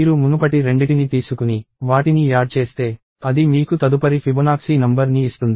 మీరు మునుపటి రెండిటిని తీసుకుని వాటిని యాడ్ చేస్తే అది మీకు తదుపరి ఫిబొనాక్సీ నంబర్ని ఇస్తుంది